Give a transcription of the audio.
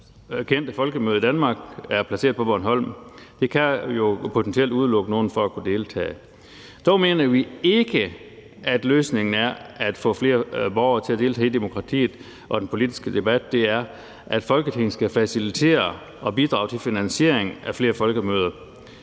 mest kendte folkemøde i Danmark er placeret på Bornholm. Det kan jo potentielt udelukke nogen fra at kunne deltage. Dog mener vi ikke, at løsningen i forhold til at få flere borgere til at deltage i demokratiet og den politiske debat er, at Folketinget skal facilitere og bidrage til finansieringen af flere folkemøder.